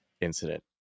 incident